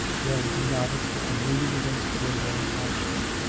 then he nodded and, leaning against the window, watched them.